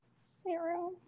Sarah